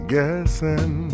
Guessing